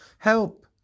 Help